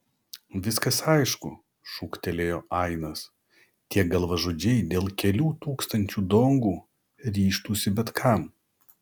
viskas aišku šūktelėjo ainas tie galvažudžiai dėl kelių tūkstančių dongų ryžtųsi bet kam